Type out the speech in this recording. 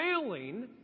failing